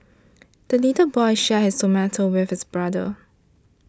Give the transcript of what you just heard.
the little boy shared his tomato with his brother